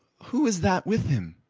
who is that with him?